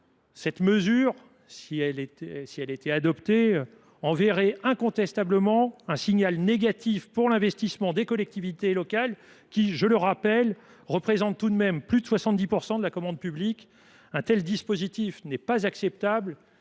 Cette mesure, si elle était adoptée, constituerait incontestablement un signal négatif pour les investissements des collectivités locales, lesquels représentent tout de même plus de 70 % de la commande publique. Un tel dispositif n’est pas acceptable.